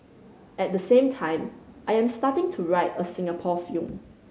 at the same time I am starting to write a Singapore film